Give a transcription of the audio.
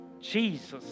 Jesus